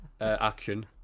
action